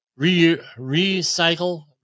recycle